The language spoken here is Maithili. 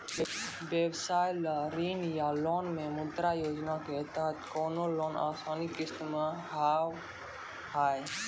व्यवसाय ला ऋण या लोन मे मुद्रा योजना के तहत कोनो लोन आसान किस्त मे हाव हाय?